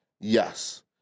yes